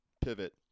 pivot